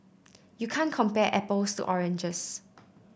you can't compare apples to oranges